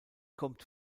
kommt